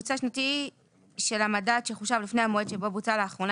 ממוצע שנתי של המדד שחושב לפני המועד שבו בוצע לאחרונה